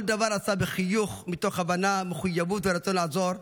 כל דבר עשה בחיוך מתוך הבנה, מחויבות ורצון לעזור.